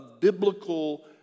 biblical